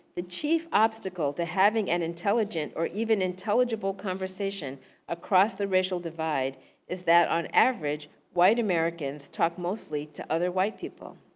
the chief obstacle to having an intelligent or even intelligible conversation across the racial divide is that on average, white americans talk mostly to other white people.